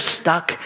stuck